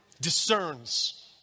discerns